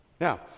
Now